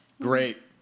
Great